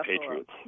Patriots